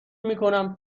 میکنم